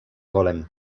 volem